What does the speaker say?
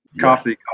coffee